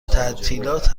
تعطیلات